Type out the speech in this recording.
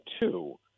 two